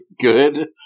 good